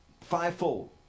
fivefold